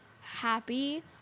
happy